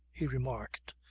he remarked,